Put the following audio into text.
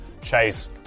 Chase